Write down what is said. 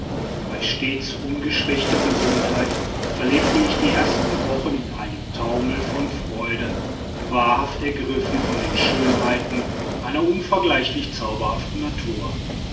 bei stets ungeschwächter gesundheit verlebte ich die ersten wochen in einem taumel von freude wahrhaft ergriffen von den schönheiten einer unvergleichlich zauberhaften natur